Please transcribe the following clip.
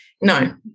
No